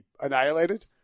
annihilated